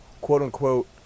quote-unquote